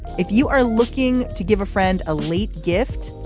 if you are looking to give a friend a late gift,